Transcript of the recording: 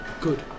good